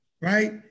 right